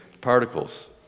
particles